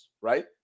right